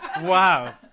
wow